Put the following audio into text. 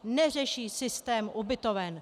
Neřeší systém ubytoven.